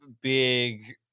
big